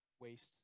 Waste